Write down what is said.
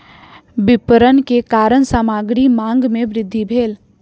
विपरण के कारण सामग्री मांग में वृद्धि भेल